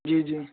جی جی